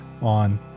on